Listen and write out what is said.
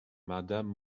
madame